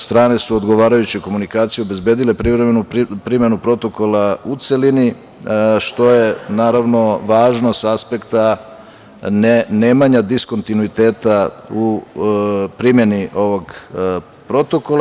Strane su odgovarajuću komunikaciju obezbedile privremenu primenu Protokola u celini, što je važno sa aspekta nemanja diskontinuiteta u primeni ovog Protokola.